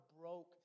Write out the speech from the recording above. broke